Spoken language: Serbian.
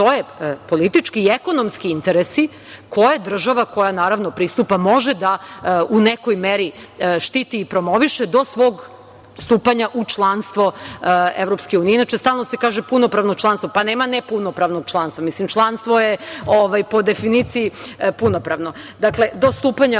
politički i ekonomski interesi koje država koja pristupa može da u nekoj meri štiti i promoviše do svog stupanja u članstvo EU. Stalno se kaže punopravno članstvo. Pa nema ne punopravnog članstva. Članstvo je po definiciji punopravno, do stupanja